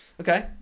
okay